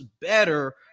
better